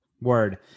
Word